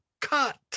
cut